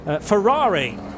Ferrari